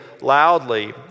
loudly